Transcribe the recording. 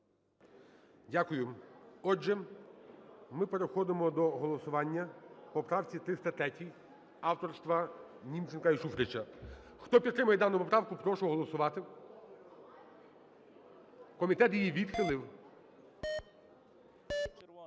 Дякую. Отже, ми переходимо до голосування поправки 303 авторства Німченка і Шуфрича. Хто підтримує дану поправку, прошу голосувати. Комітет її відхилив.